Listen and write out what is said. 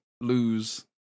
lose